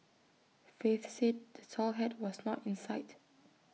faith said the tall hat was not in sight